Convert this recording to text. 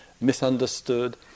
misunderstood